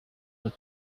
but